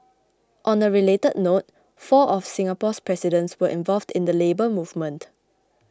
on a related note four of Singapore's presidents were involved in the Labour Movement